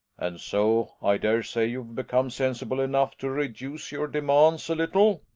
and so, i dare say you've become sensible enough to reduce your demands a little.